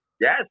Yes